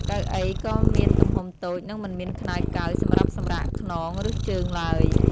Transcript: កៅអីក៏មានទំហំតូចនិងមិនមានខ្នើយកើយសម្រាប់សម្រាកខ្នងឬជើងឡើយ។